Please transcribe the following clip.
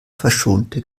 verschonte